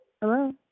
hello